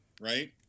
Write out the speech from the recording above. right